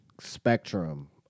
spectrum